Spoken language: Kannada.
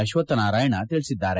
ಅಶ್ವತ್ ನಾರಾಯಣ ತಿಳಿಸಿದ್ದಾರೆ